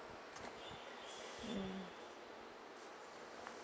mm